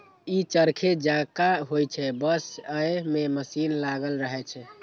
ई चरखे जकां होइ छै, बस अय मे मशीन लागल रहै छै